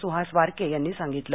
सुहास वारके यांनी सांगितलं